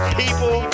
people